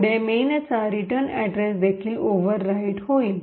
पुढे मेनचा return address देखील ओव्हरराईट होईल